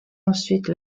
ensuite